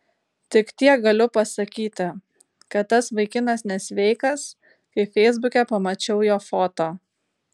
tik tiek galiu pasakyti kad tas vaikinas nesveikas kai feisbuke pamačiau jo foto